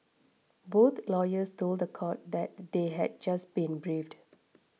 both lawyers told the court that they had just been briefed